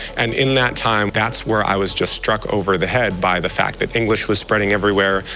and in that time, that's where i was just struck over the head by the fact that english was spreading everywhere,